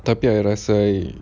tapi I rasa I